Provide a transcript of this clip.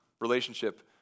Relationship